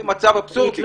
זה מצב אבסורדי.